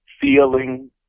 feeling